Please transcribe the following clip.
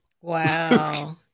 Wow